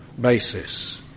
basis